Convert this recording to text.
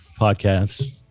podcasts